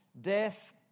Death